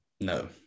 No